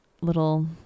little